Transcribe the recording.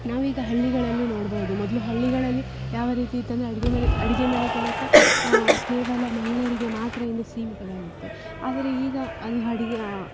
ನಾವೀಗ ಹಳ್ಳಿಗಳಲ್ಲಿ ನೋಡ್ಬೋದು ಮೊದ್ಲು ಹಳ್ಳಿಗಳಲ್ಲಿ ಯಾವ ರೀತಿ ಇತ್ತಂದರೆ ಅಡಿಗೆ ಮನೆ ಅಡಿಗೆ ಮನೆ ಕೆಲಸ ಕೇವಲ ಮಹಿಳೆಯರಿಗೆ ಮಾತ್ರ ಎಂದು ಸೀಮಿತವಾಗಿತ್ತು ಆದರೆ ಈಗ ಅಲ್ಲಿ ಅಡಿಗೆ